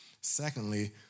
Secondly